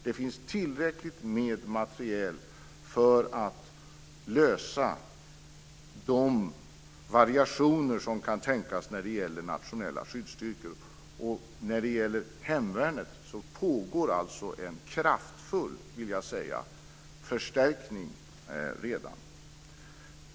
Det finns tillräckligt med materiel för att lösa de variationer som kan tänkas uppkomma. När det gäller hemvärnet pågår redan en kraftfull förstärkning.